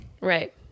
Right